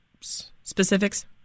specifics